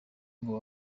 ngo